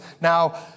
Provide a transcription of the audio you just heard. Now